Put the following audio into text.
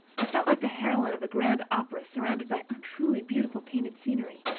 i felt like a heroine of grand opera surrounded by untruly beautiful painted scenery.